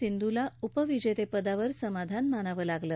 सिंधूला उपविजता विवर समाधान मानावं लागलं